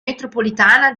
metropolitana